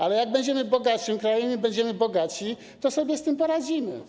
Ale jak będziemy bogatszym krajem i będziemy bogatsi, to sobie z tym poradzimy.